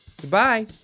Goodbye